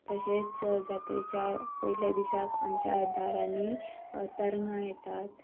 तशेंच जात्रेच्या पयल्या दिसाक आमच्या दारांनी तरंगां येतात